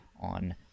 on